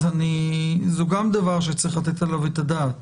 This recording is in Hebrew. אז אני חושב שזה גם דבר שצריך לתת עליו את הדעת,